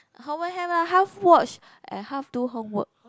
half watch and half do homework